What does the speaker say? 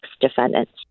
defendants